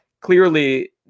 clearly